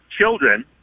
children